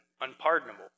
unpardonable